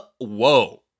whoa